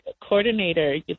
coordinator